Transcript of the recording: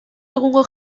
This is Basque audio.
egungo